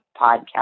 podcast